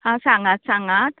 आं सांगात सांगात